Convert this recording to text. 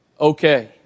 okay